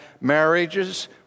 marriages